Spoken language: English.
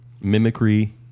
Mimicry